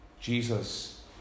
Jesus